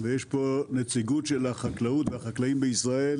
ויש פה נציגות של החקלאות ושל החקלאים בישראל.